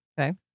Okay